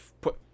put